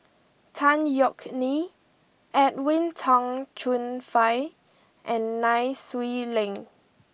Tan Yeok Nee Edwin Tong Chun Fai and Nai Swee Leng